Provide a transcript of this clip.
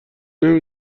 نمی